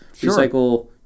recycle